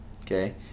okay